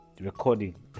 recording